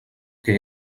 que